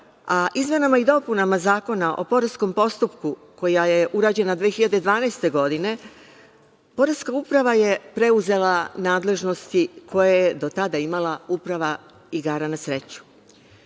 a izmenama i dopunama Zakona o poreskom postupku, koja j urađena 2012. godine, poreska uprava je preuzela nadležnosti koje je do tada imala Uprava igara na sreću.U